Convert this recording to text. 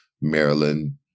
Maryland